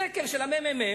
לפי סקר של הממ"מ,